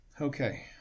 Okay